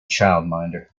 childminder